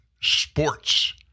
sports